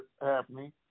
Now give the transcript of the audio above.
happening